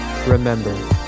Remember